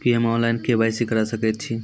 की हम्मे online, KYC करा सकैत छी?